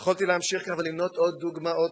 יכולתי להמשיך כך ולמנות עוד דוגמאות רבות,